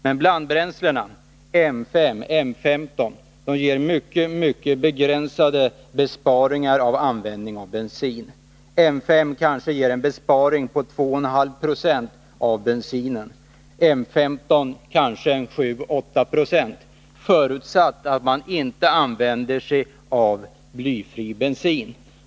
Men blandbränslena M5 och M15 ger mycket begränsade bensinbesparingar. M 5 kanske ger en besparing av bensin på 2,5 70 och M15 en besparing på kanske 7-8 90, förutsatt att man inte använder sig av blyfri bensin.